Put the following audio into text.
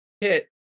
hit